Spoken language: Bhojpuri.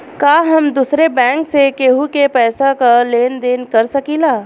का हम दूसरे बैंक से केहू के पैसा क लेन देन कर सकिला?